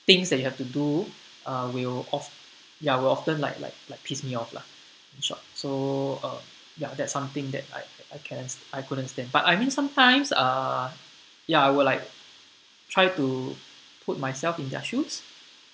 things that you have to do uh will of yea will often like like like piss me off lah in short so uh ya that's something that I I can't I couldn't stand but I mean sometimes uh ya I will like try to put myself in their shoes